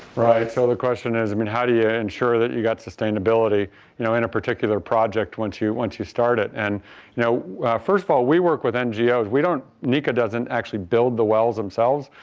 right, so the question is i mean how do you yeah ensure that you got sustainability, you know, in a particular project once you once you start it. and first of all, we work with ngos we don't nika doesn't actually build the wells themselves,